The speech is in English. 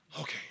Okay